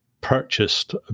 purchased